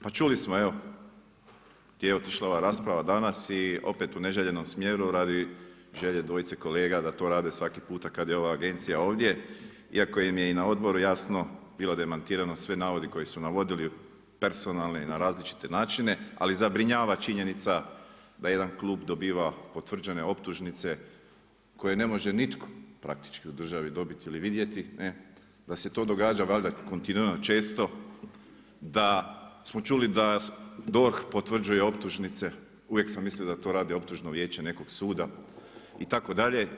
Pa čuli smo gdje je otišla ova rasprava danas i opet u neželjenom smjeru i radi želje dvojice kolege da to rade svaki puta kad je ova agencija ovdje, iako im je i na odboru jasno bilo demantirano svi navodi koji su navodili personalne i na različite načine, ali zabrinjava činjenica da jedan klub dobiva potvrđene optužnice koje ne može nitko praktički u državi dobiti ili vidjeti, da se to događa valjda kontinuirano, često, da smo čuli da DORH potvrđuje optužnice, uvijek sam mislio da to radi optužno vijeće optužnog suda itd.